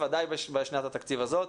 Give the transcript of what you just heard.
ודאי בשנת התקציב הזאת.